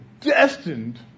destined